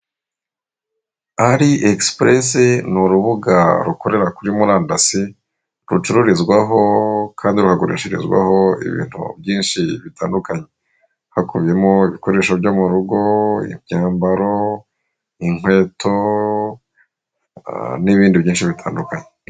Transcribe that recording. Ahari egisipurese ni urubuga rukorera kuri murandasi rucururizwaho kandi rugurishirizwaho ibintu byinshi bitandukanye hakubiyemo ibikoresho byo mu rugo, imyambaro, inkweto n'ibindi byinshi bitandukanye.